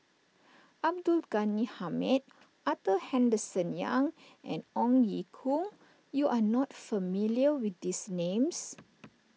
Abdul Ghani Hamid Arthur Henderson Young and Ong Ye Kung you are not familiar with these names